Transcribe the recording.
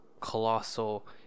colossal